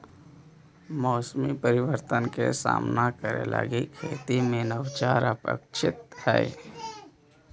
मौसमी परिवर्तन के सामना करे लगी खेती में नवाचार अपेक्षित हई